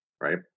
right